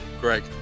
Greg